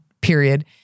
period